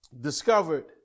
discovered